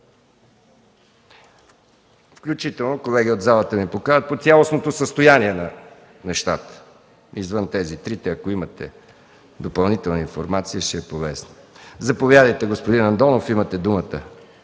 Включително колеги от залата ми подсказват – изложение за цялостното състояние на нещата, извън тези три въпроса, ако имате допълнителна информация, ще е полезна. Заповядайте, господин Михаил Андонов, имате думата